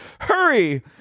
Hurry